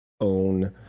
own